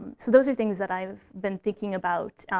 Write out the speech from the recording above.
so those are things that i've been thinking about,